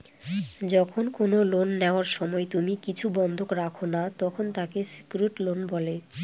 যখন কোনো লোন নেওয়ার সময় তুমি কিছু বন্ধক রাখো না, তখন তাকে সেক্যুরড লোন বলে